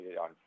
on